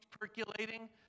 percolating